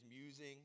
musing